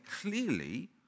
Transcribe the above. clearly